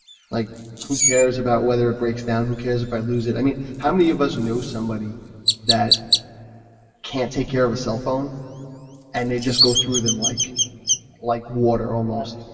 like who cares about whether it breaks down, who cares if i lose it? i mean how many of us knows somebody that can't take care of a cellphone and they just go through them like like water almost?